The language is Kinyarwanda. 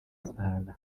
sahara